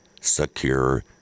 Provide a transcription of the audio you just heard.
secure